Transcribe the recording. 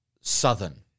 southern